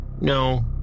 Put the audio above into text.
no